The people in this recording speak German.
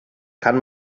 kann